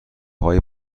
های